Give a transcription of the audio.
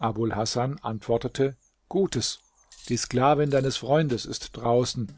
abul hasan antwortete gutes die sklavin deines freundes ist draußen